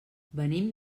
venim